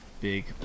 big